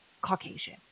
Caucasian